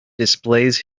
displays